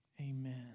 Amen